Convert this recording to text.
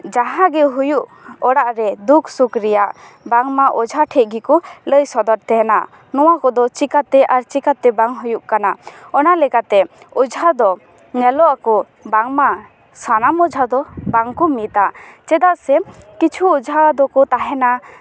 ᱡᱟᱦᱟᱸᱜᱮ ᱦᱩᱭᱩᱜ ᱚᱲᱟᱜ ᱨᱮ ᱫᱩᱠᱥᱩᱠ ᱨᱮᱭᱟᱜ ᱵᱟᱝᱢᱟ ᱚᱡᱷᱟᱴᱷᱮᱡ ᱜᱮᱠᱚ ᱞᱟᱹᱭ ᱥᱚᱫᱚᱨ ᱛᱟᱦᱮᱱᱟ ᱱᱚᱣᱟ ᱠᱚᱫᱚ ᱪᱤᱠᱟᱛᱮ ᱟᱨ ᱪᱤᱠᱟᱛᱮ ᱵᱟᱝ ᱦᱩᱭᱩᱜ ᱠᱟᱱᱟ ᱚᱱᱟ ᱞᱮᱠᱟᱛᱮ ᱚᱡᱷᱟ ᱫᱚ ᱧᱮᱞᱚᱜ ᱟᱠᱚ ᱵᱟᱝᱢᱟ ᱥᱟᱱᱟᱢ ᱚᱡᱷᱟ ᱫᱚ ᱵᱟᱝᱠᱚ ᱢᱤᱫ ᱟ ᱪᱮᱫᱟᱜ ᱥᱮ ᱠᱤᱪᱷᱩ ᱚᱡᱷᱟ ᱫᱚᱠᱚ ᱛᱟᱦᱮᱱᱟ